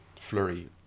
flurry